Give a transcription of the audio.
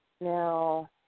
Now